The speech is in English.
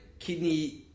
Kidney